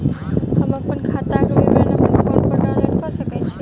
हम अप्पन खाताक विवरण अप्पन फोन पर डाउनलोड कऽ सकैत छी?